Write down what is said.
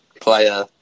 player